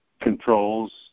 controls